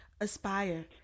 aspire